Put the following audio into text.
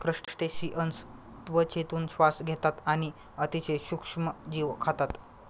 crustaceans त्वचेतून श्वास घेतात आणि अतिशय सूक्ष्म जीव खातात